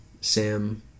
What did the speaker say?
Sam